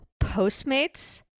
Postmates